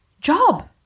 job